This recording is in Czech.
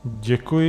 Děkuji.